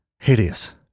Hideous